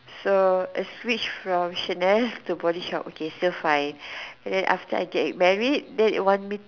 so a Switch from Chanel to body shop okay still fine and then after I get married he want me to